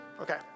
Okay